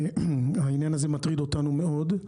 העניין הזה מטריד אותנו מאוד.